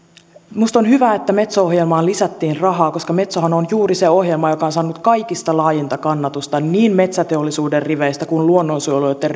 minusta on hyvä että metso ohjelmaan lisättiin rahaa koska metsohan on juuri se ohjelma joka on saanut kaikista laajinta kannatusta niin metsäteollisuuden riveistä kuin luonnonsuojelijoitten